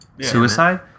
Suicide